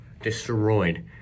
destroyed